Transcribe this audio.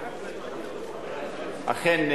אכן,